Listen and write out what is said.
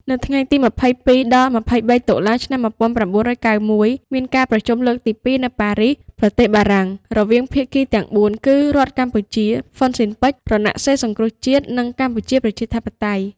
នៅថ្ងៃទី២២ ដល់ ២៣ តុលា ១៩៩១ មានការប្រជុំលើកទី២ នៅប៉ារីស ប្រទេសបារាំង រវាងភាគីទាំង៤ គឺ រដ្ឋកម្ពុជា ហ៊ុនស៊ិនប៉ិច រណសិរ្សសង្គ្រោះជាតិ និងកម្ពុជាប្រជាធិបតេយ្យ។